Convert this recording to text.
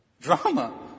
Drama